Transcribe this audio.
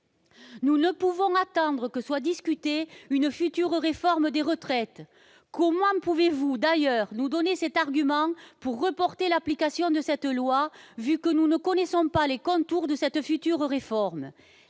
Nous ne pouvons attendre que soit discutée une future réforme des retraites. Comment pouvez-vous d'ailleurs invoquer cet argument pour reporter l'application de cette loi, alors que nous ne connaissons pas les contours de cette future réforme ?